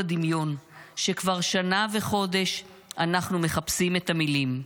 הדמיון שכבר שנה וחודש אנחנו מחפשים את המילים.